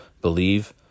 believe